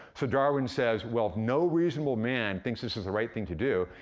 so darwin says, well, if no reasonable man thinks this is the right thing to do,